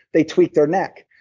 they tweak their neck.